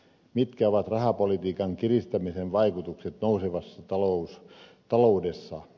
mitkä ovat rahapolitiikan kiristämisen vaikutukset nousevassa taloudessa